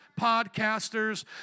podcasters